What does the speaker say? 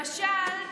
למשל,